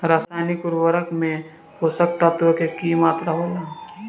रसायनिक उर्वरक में पोषक तत्व के की मात्रा होला?